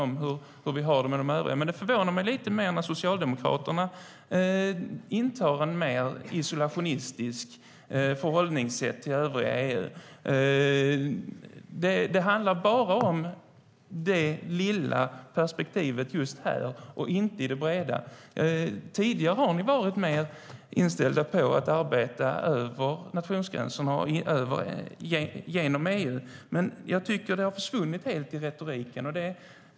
Men det förvånar mig lite mer att Socialdemokraterna intar ett mer isolationistiskt förhållningssätt till övriga EU. Det handlar bara om det lilla perspektivet just här och inte det breda. Tidigare har ni varit mer inställda på att arbeta över nationsgränserna och genom EU, men jag tycker att det har försvunnit helt i retoriken.